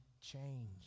change